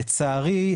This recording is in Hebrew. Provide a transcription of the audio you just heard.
לצערי,